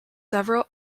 several